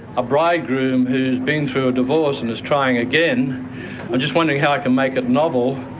a bridegroom who's been through a divorce and is trying again, i'm just wondering how i can make it novel,